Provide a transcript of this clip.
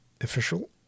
Official